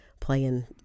playing